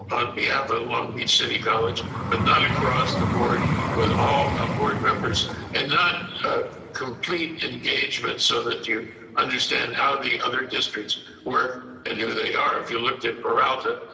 on behalf of the long beach city college, but not across the board with all, but board members and not complete engagement so that you understand how the districts work and who they are. if you looked at peralta,